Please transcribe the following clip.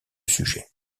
sujet